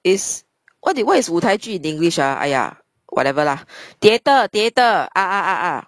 is what is what is 舞台剧 in english ah !aiya! whatever lah theatre theatre ah ah ah ah